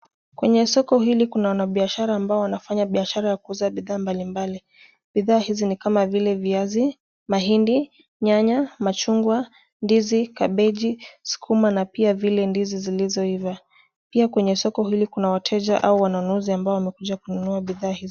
Kwenye soko hili kuna wanabiashara ambao wanafanya niashara ya kuuza bidhaa mbalimbali. Bidhaa hizi ni kama vile viazi, mahindi, nyanya, machungwa, ndizi, kabeji, sukuma na pia vile ndizi zilizoiva. Pia kwenye soko hili kuna wateja au wanunuzi ambao wamekuja kununua bidhaa hizo.